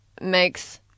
makes